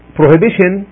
prohibition